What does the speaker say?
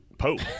Pope